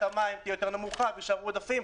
המים תהיה נמוכה יותר ויישארו עודפים,